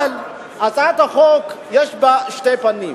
אבל הצעת החוק יש בה שני פנים.